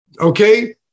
Okay